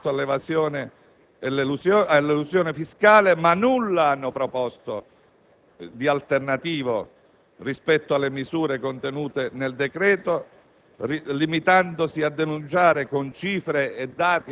- sull'esigenza, che poniamo, di contrasto all'evasione e all'elusione fiscale, ma nulla hanno proposto di alternativo rispetto alle misure contenute nel decreto-legge,